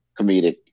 comedic